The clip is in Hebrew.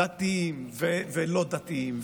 דתיים ולא דתיים,